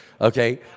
Okay